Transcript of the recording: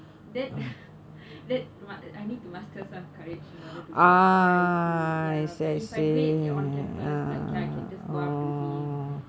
that that I need to muster some courage in order to do that ya you see but if I do it on campus like I can just go up to him